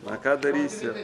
na ką darysi